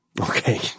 Okay